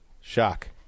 shock